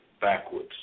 backwards